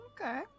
Okay